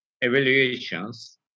evaluations